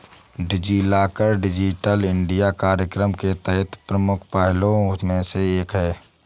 DigiLocker digital India कार्यक्रम के तहत प्रमुख पहलों में से एक है